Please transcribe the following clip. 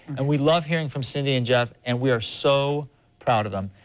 and we love hearing from cindy and jeff and we're so proud of them.